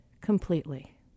completely